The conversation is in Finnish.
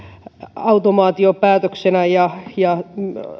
automaatiopäätöksenä ja ja